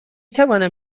توانم